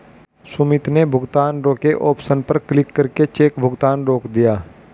सुमित ने भुगतान रोके ऑप्शन पर क्लिक करके चेक भुगतान रोक दिया